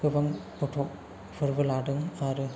गोबां फथ'क फोरबो लादों आरो